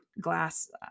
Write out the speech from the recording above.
glass